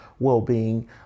Well-being